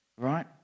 right